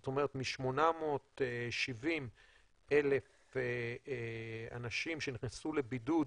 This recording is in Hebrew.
זאת אומרת, מ-870,000 אנשים שנכנסו לבידוד